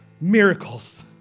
miracles